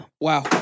Wow